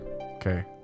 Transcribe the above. Okay